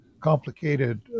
complicated